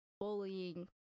bullying